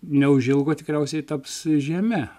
neužilgo tikriausiai taps žeme